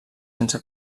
sense